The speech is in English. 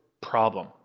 problem